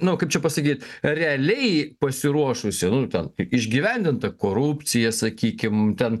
nu kaip čia pasakyt realiai pasiruošusi nu ten išgyvendinta korupcija sakykim ten